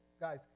guys